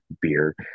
beer